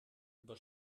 über